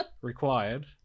required